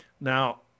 Now